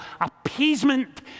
appeasement